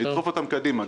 לדחוף אותם קדימה,